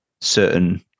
certain